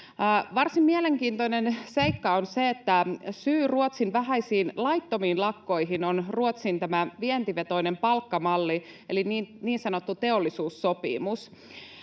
Varsin mielenkiintoinen seikka on se, että syy Ruotsin vähäisiin laittomiin lakkoihin on Ruotsin vientivetoinen palkkamalli eli niin sanottu teollisuussopimus.